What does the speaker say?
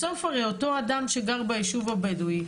בסוף הרי אותו אדם שגר בישוב הבדואי,